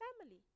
family